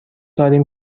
داریم